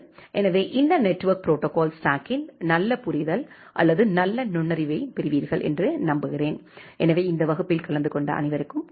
எனவே இந்த network protocol ஸ்டாக்கின் நல்ல புரிதல் அல்லது நல்ல நுண்ணறிவைப் பெறுவீர்கள் என்று நம்புகிறேன் எனவே இந்த வகுப்பில் கலந்து கொண்ட அனைவருக்கும் நன்றி